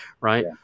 right